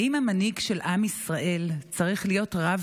האם המנהיג של עם ישראל צריך להיות רב